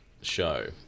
show